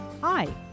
Hi